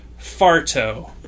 farto